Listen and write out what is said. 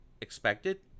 expected